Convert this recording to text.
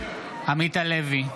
עמית הלוי,